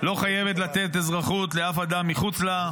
לא חייבת לתת אזרחות לאף אדם מחוץ לה.